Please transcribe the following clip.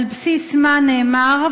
על בסיס מה זה נאמר,